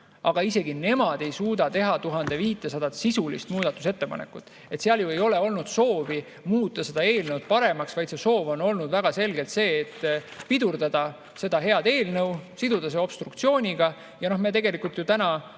aga isegi nemad ei suuda teha 1500 sisulist muudatusettepanekut. Neil ju ei ole olnud soovi muuta eelnõu paremaks, vaid soov on väga selgelt olnud pidurdada seda head eelnõu, siduda see obstruktsiooniga. Ja me tegelikult ju täna